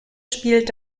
spielt